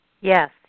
Yes